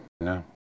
no